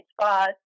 spots